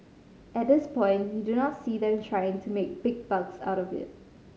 at this point you do not see them trying to make big bucks out of it